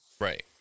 right